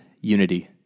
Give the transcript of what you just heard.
unity